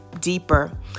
deeper